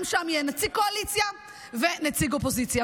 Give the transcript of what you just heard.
גם שם יהיה נציג קואליציה ונציג אופוזיציה.